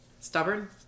Stubborn